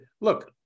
look